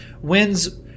wins